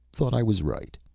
thought i was right.